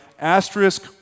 Asterisk